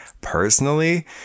personally